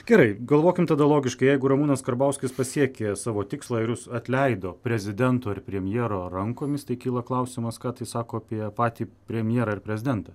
gerai galvokim tada logiškai jeigu ramūnas karbauskis pasiekė savo tikslą ir jus atleido prezidento ir premjero rankomis tai kyla klausimas ką tai sako apie patį premjerą ar prezidentą